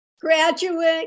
graduate